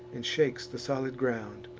and shakes the solid ground.